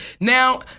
Now